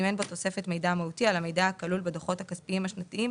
אם אין בו תוספת מידע מהותי על המידע הכלול בדוחות הכספיים השנתיים